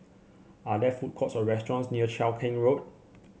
are there food courts or restaurants near Cheow Keng Road